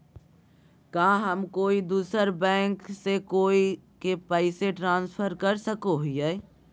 का हम कोई दूसर बैंक से कोई के पैसे ट्रांसफर कर सको हियै?